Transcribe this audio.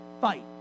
fight